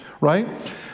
right